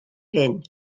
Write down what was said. hyn